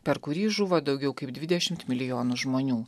per kurį žuvo daugiau kaip dvidešimt milijonų žmonių